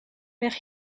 leg